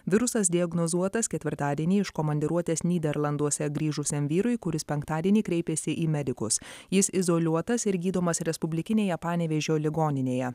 virusas diagnozuotas ketvirtadienį iš komandiruotės nyderlanduose grįžusiam vyrui kuris penktadienį kreipėsi į medikus jis izoliuotas ir gydomas respublikinėje panevėžio ligoninėje